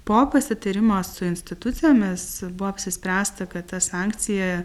po pasitarimo su institucijomis buvo apsispręsta kad ta sankcija